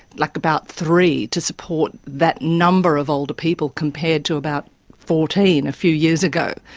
like about three, to support that number of older people, compared to about fourteen a few years ago.